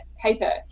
paper